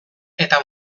eta